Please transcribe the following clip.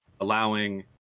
allowing